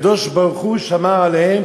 שהקדוש-ברוך-הוא שמר עליהם,